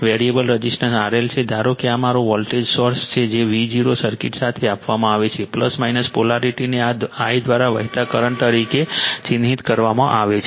variable resistance RL છે ધારો કે આ મારો વોલ્ટેજ સોર્સ છે V 0 સર્કિટ માટે આપવામાં આવે છે પોલારિટીને આ I દ્વારા વહેતા કરંટ તરીકે ચિહ્નિત કરવામાં આવે છે